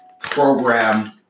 program